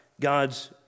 God's